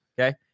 okay